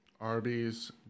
Arby's